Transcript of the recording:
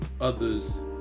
others